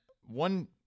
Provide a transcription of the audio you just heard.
one